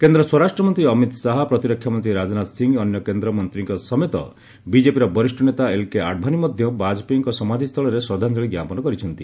କେନ୍ଦ୍ର ସ୍ୱରାଷ୍ଟ୍ରମନ୍ତ୍ରୀ ଅମିତ ଶାହା ପ୍ରତିରକ୍ଷାମନ୍ତ୍ରୀ ରାଜନାଥ ସିଂ ଅନ୍ୟ କେନ୍ଦ୍ମନ୍ତ୍ରୀଙ୍କ ସମେତ ବିଜେପିର ବରିଷ୍ଣ ନେତା ଏଲ୍କେ ଆଡଭାନୀ ମଧ୍ୟ ବାଜପେୟୀଙ୍କ ସମାଧୀସ୍ଥଳରେ ଶ୍ରଦ୍ଧାଞ୍ଜଳି ଜ୍ଞାପନ କରିଛନ୍ତି